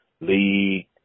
league